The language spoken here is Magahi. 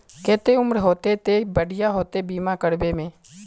केते उम्र होते ते बढ़िया होते बीमा करबे में?